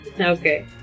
Okay